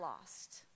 lost